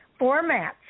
formats